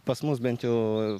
pas mus bent jau